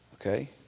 Okay